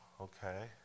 okay